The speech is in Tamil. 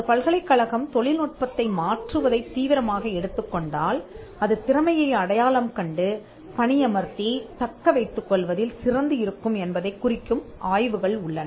ஒரு பல்கலைக்கழகம் தொழில்நுட்பத்தை மாற்றுவதைத் தீவிரமாக எடுத்துக்கொண்டால் அது திறமையை அடையாளம் கண்டு பணியமர்த்தித் தக்க வைத்துக் கொள்வதில் சிறந்து இருக்கும் என்பதைக் குறிக்கும் ஆய்வுகள் உள்ளன